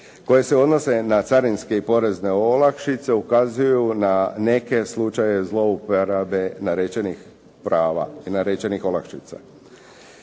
koje se odnose na carinske i porezne olakšice ukazuju na neke slučajeve zlouporabe narečenih prava i narečenih olakšica.